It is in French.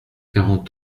quarante